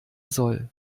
soll